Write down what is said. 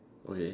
okay